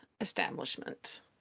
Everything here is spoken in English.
establishment